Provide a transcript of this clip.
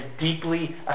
deeply